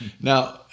Now